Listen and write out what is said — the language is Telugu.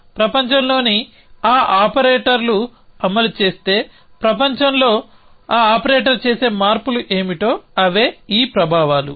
ప్రపంచంలోని ఆ ఆపరేటర్లు అమలు చేస్తే ప్రపంచంలో ఈ ఆపరేటర్ చేసే మార్పులు ఏమిటో అవే ఈ ప్రభావాలు